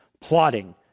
plotting